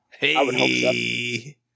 Hey